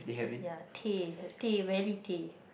ya teh teh rather teh